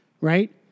right